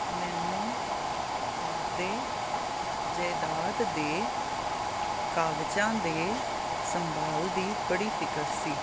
ਮੈਨੂੰ ਆਪਦੇ ਜਾਇਦਾਦ ਦੇ ਕਾਗਜ਼ਾਂ ਦੇ ਸੰਭਾਲ ਦੀ ਬੜੀ ਫਿਕਰ ਸੀ